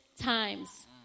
times